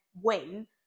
win